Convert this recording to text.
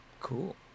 cool